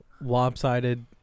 lopsided